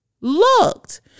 looked